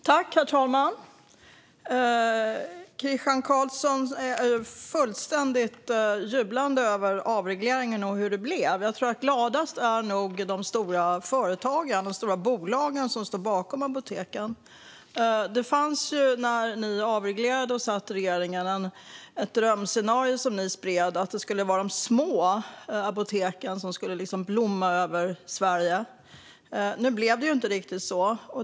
Herr talman! Christian Carlsson är fullständigt jublande över avregleringen och hur det blev. Jag tror att gladast är nog de stora bolagen som står bakom apoteken. När ni avreglerade och satt i regeringen fanns ett drömscenario som ni spred. Det skulle vara de små apoteken som skulle blomma över Sverige. Nu blev det inte riktigt så.